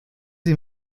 sie